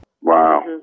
Wow